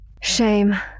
Shame